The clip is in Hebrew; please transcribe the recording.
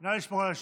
נא לשמור על השקט.